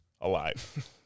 alive